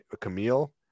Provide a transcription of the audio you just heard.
Camille